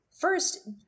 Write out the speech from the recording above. First